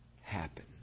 happen